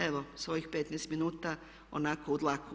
Evo svojih 15 minuta onako u dlaku.